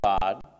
God